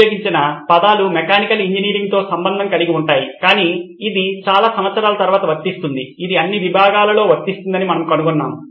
ఉపయోగించిన పదాలు మెకానికల్ ఇంజనీరింగ్తో సంబంధం కలిగి ఉన్నాయి కానీ ఇది చాలా సంవత్సరాల తరువాత వర్తిస్తుంది ఇది అన్ని విభాగాలలో వర్తిస్తుందని మనము కనుగొన్నాము